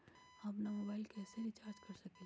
हम अपन मोबाइल कैसे रिचार्ज कर सकेली?